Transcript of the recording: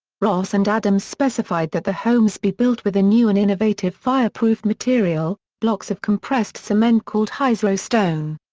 ross and adams specified that the homes be built with a new and innovative fireproof material, blocks of compressed cement called hydro-stone.